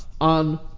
on